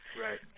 Right